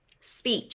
Speech